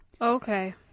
okay